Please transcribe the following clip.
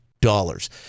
dollars